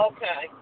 Okay